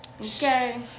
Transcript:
Okay